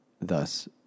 thus